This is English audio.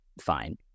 fine